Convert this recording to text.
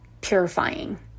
purifying